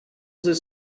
the